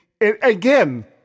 again